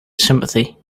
sympathy